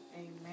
Amen